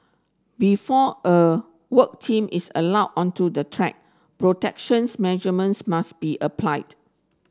before a work team is allowed onto the track protections must be applied